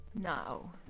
Now